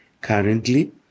Currently